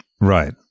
Right